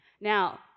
now